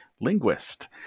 linguist